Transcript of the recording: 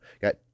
got